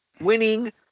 winning